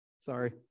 Sorry